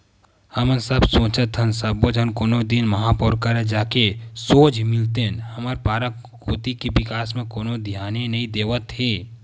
हमन सब सोचत हन सब्बो झन कोनो दिन महापौर करा जाके सोझ मिलतेन हमर पारा कोती के बिकास म कोनो धियाने नइ देवत हे